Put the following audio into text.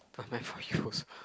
perfect for you also